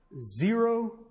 Zero